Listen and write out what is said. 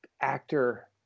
actor